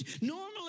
normally